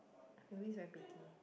always very pretty